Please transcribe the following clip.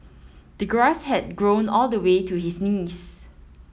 the grass had grown all the way to his knees